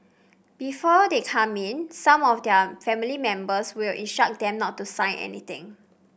before they come in some of their family members will instruct them not to sign anything